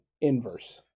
inverse